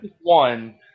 one